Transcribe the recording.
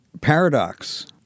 paradox